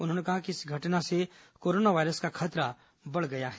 उन्होंने कहा कि इस घटना से कोरोना वायरस का खतरा बढ़ गया है